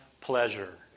pleasure